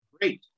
Great